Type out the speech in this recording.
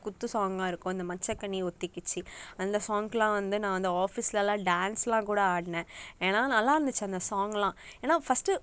குத்து சாங்காக இருக்கும் இந்த மச்சக்கன்னி ஒத்திக்கிச்சு அந்த சாங்கெல்லாம் வந்து நான் வந்து ஆஃபீஸ்லலாம் டான்ஸ்லாம் கூட ஆடுனே ஏன்னா நல்லாயிருந்துச்சி அந்த சாங்லாம் ஏன்னா ஃபர்ஸ்ட்டு